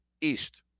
East